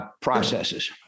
processes